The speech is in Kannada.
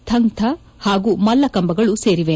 ಥಂಗ್ ತಾ ಹಾಗೂ ಮಲ್ಲಕಂಬಗಳು ಸೇರಿವೆ